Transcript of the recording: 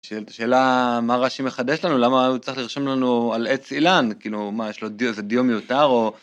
שאלה מה רש"י מחדש לנו למה הוא צריך לרשום לנו על עץ אילן כאילו מה יש לו.. זה דיון מיותר או...